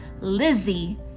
lizzie